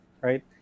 right